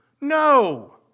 No